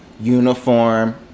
Uniform